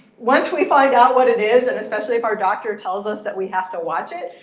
once we find out what it is, and especially if our doctor tells us that we have to watch it,